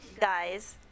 Guys